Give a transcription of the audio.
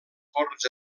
corts